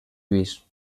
lluís